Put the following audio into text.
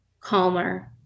calmer